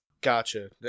Gotcha